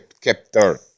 captor